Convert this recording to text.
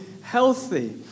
healthy